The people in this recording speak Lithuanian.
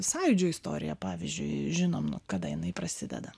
sąjūdžio istoriją pavyzdžiui žinom nuo kada jinai prasideda